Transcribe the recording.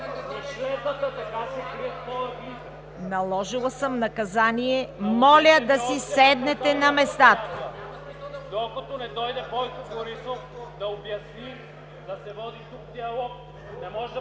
Наложила съм наказание… Моля да си седнете на местата!